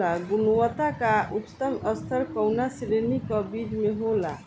गुणवत्ता क उच्चतम स्तर कउना श्रेणी क बीज मे होला?